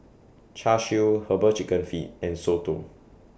Char Siu Herbal Chicken Feet and Soto